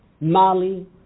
Mali